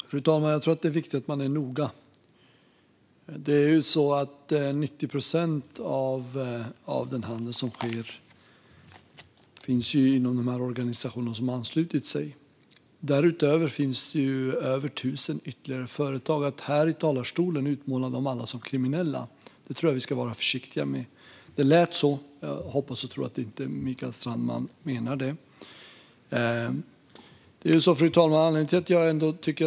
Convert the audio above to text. Fru talman! Jag tror att det är viktigt att man är noga. 90 procent av den handel som sker finns inom de organisationer som har anslutit sig. Därutöver finns det över 1 000 ytterligare företag. Att här i talarstolen utmåla dem alla som kriminella tror jag att vi ska vara försiktiga med. Det lät så; jag hoppas och tror att Mikael Strandman inte menar det.